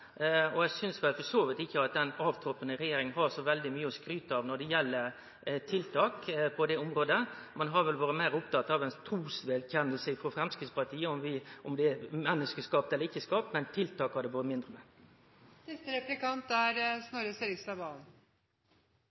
og eg synest for så vidt ikkje at den avtroppande regjeringa har så veldig mykje å skryte av når det gjeld tiltak på det området. Ein har vel vore meir opptatt av å få ei truvedkjenning frå Framstegspartiet på om det er menneskeskapt eller ikkje. Men tiltak har det vore mindre av. Det er